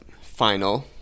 final